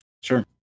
Sure